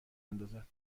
اندازد